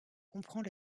comprend